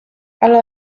ale